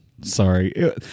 Sorry